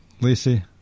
Lacey